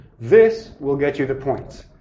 this will get you the points.